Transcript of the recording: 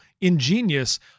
ingenious